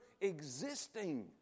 existing